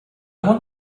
want